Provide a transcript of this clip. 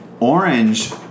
Orange